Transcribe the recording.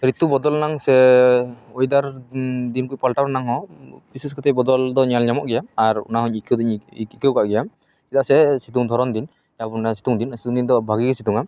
ᱨᱤᱛᱩ ᱵᱚᱫᱚᱞ ᱮᱱᱟᱝ ᱥᱮ ᱦᱚᱭ ᱫᱟᱜ ᱫᱤᱱᱠᱚ ᱯᱟᱞᱴᱟᱣ ᱨᱮᱱᱟᱝ ᱦᱚ ᱵᱤᱥᱮᱥ ᱠᱟᱛᱮ ᱵᱚᱫᱚᱞ ᱫᱚ ᱧᱮᱞ ᱧᱟᱢᱚᱜᱼᱜᱮᱭᱟ ᱤᱧ ᱫᱚᱧ ᱟᱹᱭᱠᱟᱹᱣ ᱫᱚᱧ ᱟᱹᱭᱠᱟᱹᱣ ᱠᱟᱜ ᱜᱮᱭᱟ ᱪᱮᱫᱟᱜ ᱥᱮ ᱥᱤᱛᱩᱝ ᱫᱷᱚᱨᱚᱱ ᱫᱤᱱ ᱥᱤᱛᱩᱝ ᱫᱤᱱ ᱫᱚ ᱵᱷᱟᱜᱮ ᱜᱮ ᱥᱤᱛᱩᱝᱼᱟ